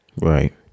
right